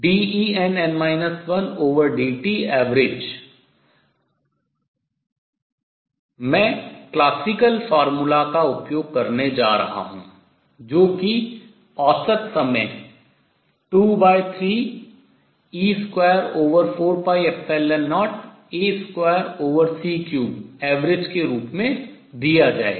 dEnn 1dtavg मैं classical formula शास्त्रीय सूत्र का उपयोग करने जा रहा हूँ जो कि औसत समय 23e240a2c3avg के रूप में दिया जाएगा